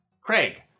Craig